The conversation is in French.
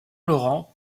laurent